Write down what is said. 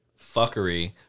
fuckery